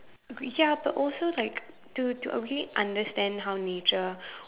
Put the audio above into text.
ya but also like to to really understand how nature